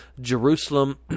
Jerusalem